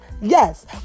yes